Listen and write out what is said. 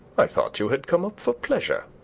i thought you had come up for pleasure.